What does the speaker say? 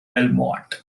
belmont